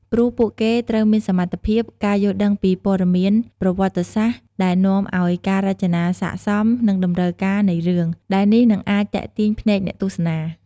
ព្រោះពួកគេត្រូវមានសមត្ថភាព ការយល់ដឹងពីព័ត៌មានប្រវត្តិសាស្ត្រ ដែលនាំឲ្យការរចនាស័ក្តិសមនឹងតម្រូវការនៃរឿង ដែលនេះនិងអាចទាក់ទាញភ្នែកអ្នកទស្សនា ។